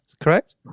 correct